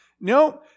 No